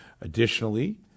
Additionally